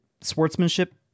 sportsmanship